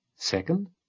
Second